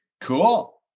Cool